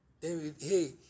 Hey